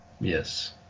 Yes